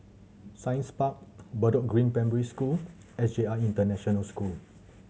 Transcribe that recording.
Science Park Bedok Green Primary School S J I International School